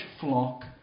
flock